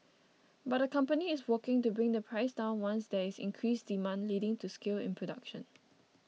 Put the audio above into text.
but the company is working to bring the price down once there is increased demand leading to scale in production